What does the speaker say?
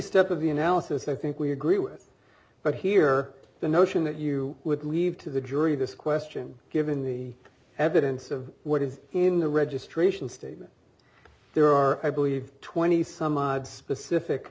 step of the analysis i think we agree with but here the notion that you would leave to the jury this question given the evidence of what is in the registration statement there are i believe twenty some odd specific